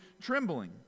trembling